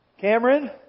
Cameron